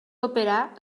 operar